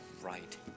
right